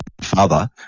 father